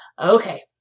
Okay